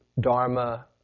Dharma